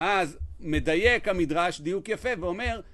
אז, מדייק המדרש דיוק יפה ואומר